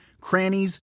crannies